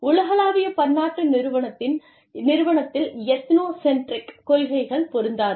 உலகளாவிய பன்னாட்டு நிறுவனத்தில் எத்னோசென்ட்ரிக் கொள்கைகள் பொருந்தாது